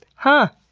huh?